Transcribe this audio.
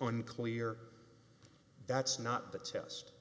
unclear that's not the test